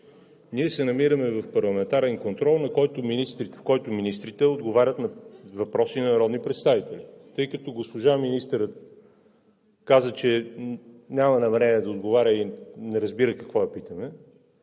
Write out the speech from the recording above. Ние се намираме в парламентарен контрол, в който министрите отговарят на въпроси на народни представители. Тъй като госпожа министърът каза, че няма намерение да отговаря и не разбира какво я питаме,